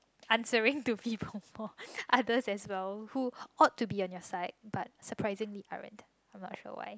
answering to people more others as well who ought to be on your side but surprisingly aren't I'm not sure why